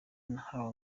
nahawe